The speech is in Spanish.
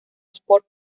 sport